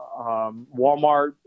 Walmart